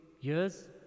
years